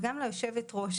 וגם ליושבת-ראש,